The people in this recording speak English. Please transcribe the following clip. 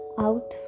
Out